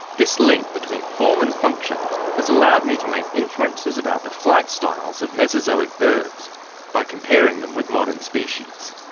this link between form and function has allowed me to make inferences about the flight styles of mesozoic birds by comparing them with modern species.